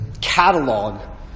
catalog